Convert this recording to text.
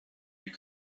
you